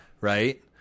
Right